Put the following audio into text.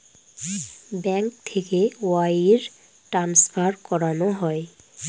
bank থেকে wire transfer করানো হয়